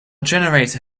generator